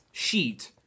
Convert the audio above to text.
sheet